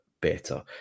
better